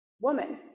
woman